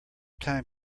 time